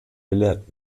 gelehrt